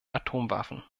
atomwaffen